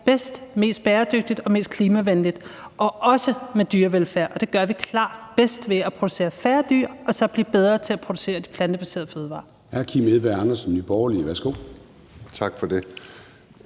bedst, mest bæredygtigt og mest klimavenligt, og også med dyrevelfærd. Det gør vi klart bedst ved at producere færre dyr og så blive bedre til at producere de plantebaserede fødevarer. Kl. 21:08 Formanden (Søren Gade): Hr. Kim Edberg